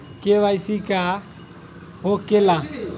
KYC का हो के ला?